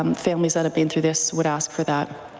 um families that have been through this would ask for that.